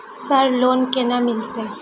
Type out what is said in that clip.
Sir loan केना मिलते?